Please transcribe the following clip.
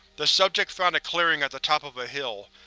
the subject found a clearing on the top of a hill.